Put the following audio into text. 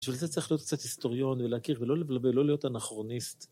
בשביל זה צריך להיות קצת היסטוריון ולהכיר, ולא להיות אנכרוניסט.